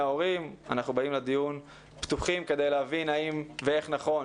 ההורים ואנחנו באים לדיון פתוחים כדי להבין האם ואיך נכון